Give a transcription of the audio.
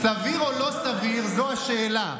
סביר או לא סביר, זו השאלה.